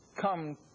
come